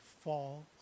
Fall